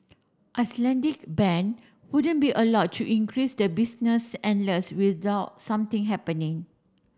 Icelandic bank wouldn't be allowed to increase the business endless without something happening